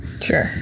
Sure